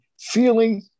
feeling